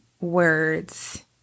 words